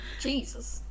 Jesus